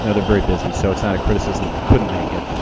you know they're very busy, so it's not a criticism if they couldn't make it.